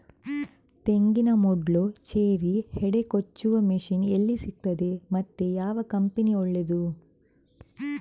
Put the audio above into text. ತೆಂಗಿನ ಮೊಡ್ಲು, ಚೇರಿ, ಹೆಡೆ ಕೊಚ್ಚುವ ಮಷೀನ್ ಎಲ್ಲಿ ಸಿಕ್ತಾದೆ ಮತ್ತೆ ಯಾವ ಕಂಪನಿ ಒಳ್ಳೆದು?